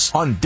on